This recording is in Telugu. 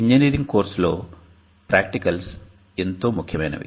ఇంజనీరింగ్ కోర్సులో ప్రాక్టికల్స్ ఎంతో ముఖ్యమైనవి